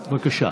בבקשה.